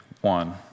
one